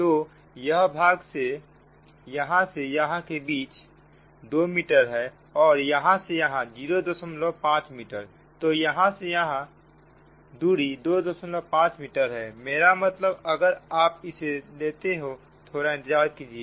तो यह भाग यहां से यहां के बीच 2 मीटर है और यहां से यहां 05 मीटर तो यहां से यह दूरी 25 मीटर है मेरा मतलब अगर आप इसे लेते हो थोड़ा इंतजार कीजिए